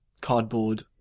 cardboard